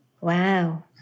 Wow